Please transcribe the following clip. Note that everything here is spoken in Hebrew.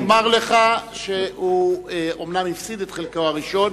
אני מוכרח לומר לך שהוא אומנם הפסיד את חלקו הראשון,